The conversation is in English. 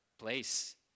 place